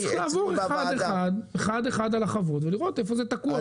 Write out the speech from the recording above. צריך לעבור אחד אחד על החוות ולראות איפה זה תקוע.